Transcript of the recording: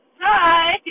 Hi